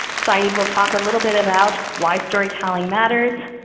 saeed will talk a little bit about why storytelling matters.